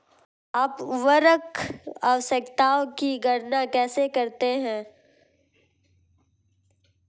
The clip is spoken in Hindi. आप उर्वरक आवश्यकताओं की गणना कैसे करते हैं?